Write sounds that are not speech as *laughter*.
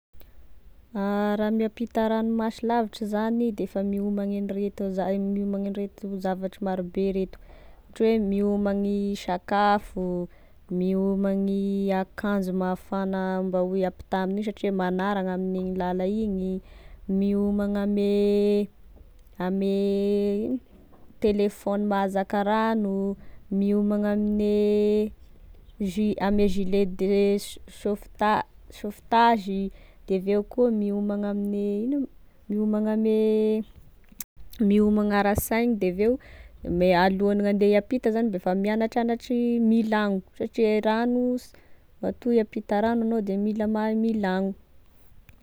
*hesitation* Raha miampita ragnomasy lavitry zany defa miomagny an'ireto za- miomagny an'ireto zavatry marobe ireto, ohatry hoe miomagny sakafo, miomagny akanzo mafana mba hoe ampitaha amin'io satria magnara gn'amin'igny lala igny, miomagna ame ame telefôny mahazaka rano, miomagny ame gile- ame gilet de sauveta- sauvetagy de aveo koa miomagna amine ino moa miomagna ame *noise* miomagna ara-sainy de aveo me alohan'ny ande hiampita zany mba efa miagnatranatry milagno satria e ragno s-, matoa iampita ragno anao de mila mahay milagno.